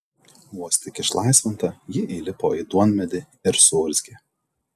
vos tik išlaisvinta ji įlipo į duonmedį ir suurzgė